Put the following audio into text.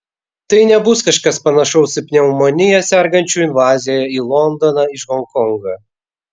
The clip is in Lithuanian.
tai nebus kažkas panašaus į pneumonija sergančių invaziją į londoną iš honkongo